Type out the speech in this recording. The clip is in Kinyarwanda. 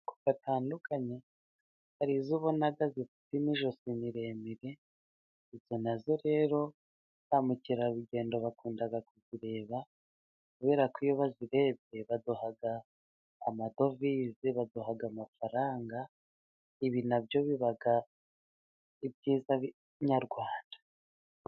Batandukanye, hari izo ubona zifite amajosi maremare, nazo rero ba mukerarugendo bakunda kuzireba kubera ko iyo bazirebye baduha amadovize, baduha amafaranga. Ibi nabyo biba mu byiza nyarwanda.